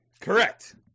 Correct